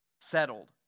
settled